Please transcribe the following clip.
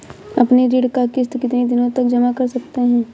अपनी ऋण का किश्त कितनी दिनों तक जमा कर सकते हैं?